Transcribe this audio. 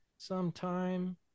sometime